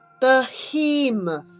Behemoth